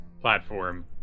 platform